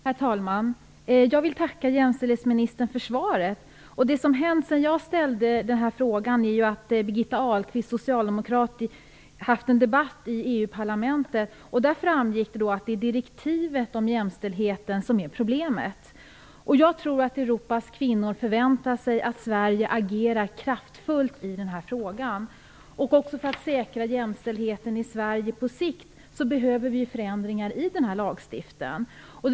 Herr talman! Jag vill tacka jämställdhetsministern för svaret. Det som har hänt sedan jag ställde den här frågan är att socialdemokraten Birgitta Ahlqvist har haft en debatt i EU-parlamentet. Det framgick då att det är direktivet om jämställdheten som är problemet. Jag tror att Europas kvinnor förväntar sig att Sverige agerar kraftfullt i den här frågan. För att säkra jämställdheten i Sverige på sikt behöver vi förändringar i den här lagstiftningen.